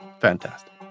Fantastic